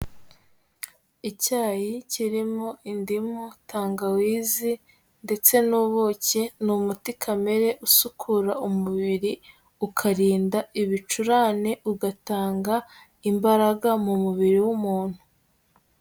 Icyayi kirimo indimu, tangawizi ndetse n'ubuki, ni umuti kamere usukura umubiri, ukarinda ibicurane, ugatanga imbaraga mu mubiri w'umuntu.